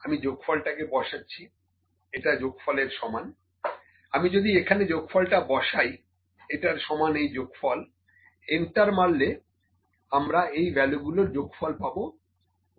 আমি যোগফলটাকে বসাচ্ছি এটা যোগফলের সমান আমি যদি এখানে যোগফলটা বসাই এটার সমান এই যোগফল এন্টার মারলে আমরা এই ভ্যালুগুলোর যোগফল পাবো 1505